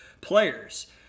players